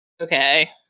Okay